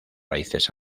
raíces